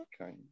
Okay